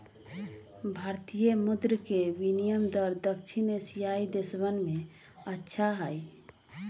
भारतीय मुद्र के विनियम दर दक्षिण एशियाई देशवन में अच्छा हई